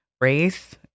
race